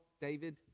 David